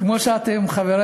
כמו שאתם כבר יודעים,